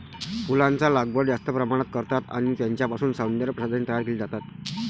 फुलांचा लागवड जास्त प्रमाणात करतात आणि त्यांच्यापासून सौंदर्य प्रसाधने तयार केली जातात